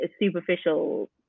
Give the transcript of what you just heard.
superficial